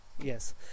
yes